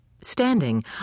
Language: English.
Standing